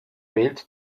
wählt